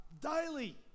daily